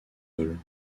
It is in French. idole